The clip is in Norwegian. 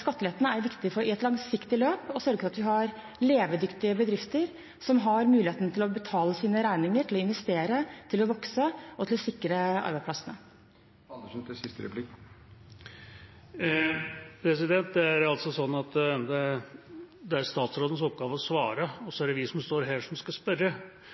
skattelettene er viktig i et langsiktig løp. Vi må sørge for at vi har levedyktige bedrifter, som har muligheten til å betale sine regninger, til å investere, til å vokse og til å sikre arbeidsplassene. Det er altså statsrådens oppgave å svare, og så er det vi som står her, som skal spørre.